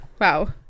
wow